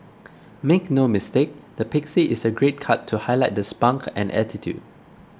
make no mistake the pixie is a great cut to highlight the spunk and attitude